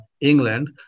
England